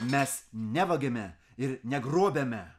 mes nevagiame ir negrobiame